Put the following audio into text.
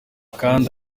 kandi